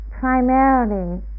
primarily